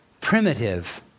primitive